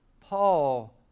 Paul